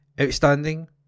Outstanding